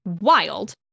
wild